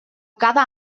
cada